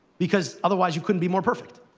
because otherwise you couldn't be more perfect,